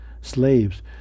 slaves